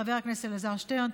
חבר הכנסת אלעזר שטרן,